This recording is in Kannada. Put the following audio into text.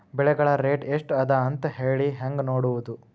ಬೆಳೆಗಳ ರೇಟ್ ಎಷ್ಟ ಅದ ಅಂತ ಹೇಳಿ ಹೆಂಗ್ ನೋಡುವುದು?